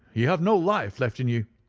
you have no life left in you.